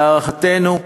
להערכתנו,